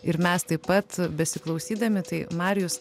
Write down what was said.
ir mes taip pat besiklausydami tai marijus